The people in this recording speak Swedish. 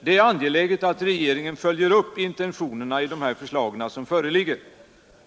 Det är angeläget att regeringen följer upp intentionerna i de förslag som föreligger.